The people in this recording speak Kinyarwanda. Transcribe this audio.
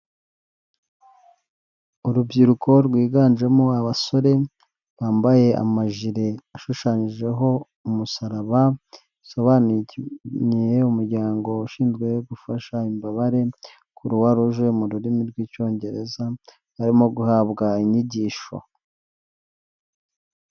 Urubyiruko rwiganjemo abasore bambaye amajire ashushanyijeho umusaraba bisobanu umuryango ushinzwe gufasha imbabare croix rouge mu rurimi rw'icyongereza barimo guhabwa inyigisho.